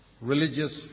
Religious